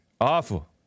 awful